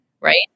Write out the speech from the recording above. right